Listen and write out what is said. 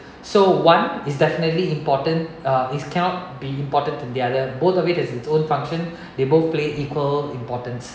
so one is definitely important uh is cannot be important to the other both of it has its own function they both play equal importance